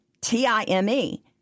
T-I-M-E